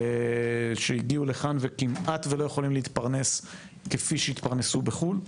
שהגיעו לכאן וכמעט ולא יכולים להתפרנס כפי שהתפרנסו בחו"ל,